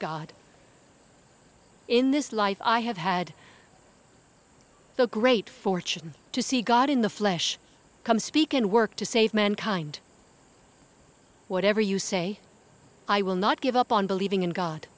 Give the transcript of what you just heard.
god in this life i have had the great fortune to see god in the flesh come speak and work to save mankind whatever you say i will not give up on believing in god